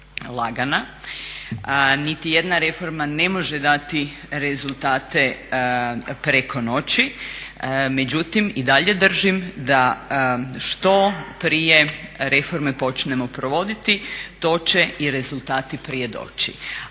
lagana. Niti jedna reforma ne može dati rezultate preko noći, međutim i dalje držim da što prije reforme počnemo provoditi to će i rezultati prije doći.